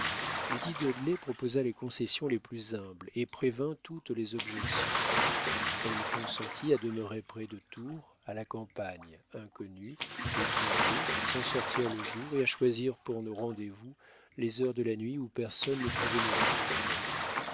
dudley proposa les concessions les plus humbles et prévint toutes les objections elle consentit à demeurer près de tours à la campagne inconnue déguisée sans sortir le jour et à choisir pour nos rendez-vous les heures de la nuit où personne ne pouvait nous rencontrer